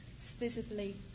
specifically